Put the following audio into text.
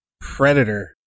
predator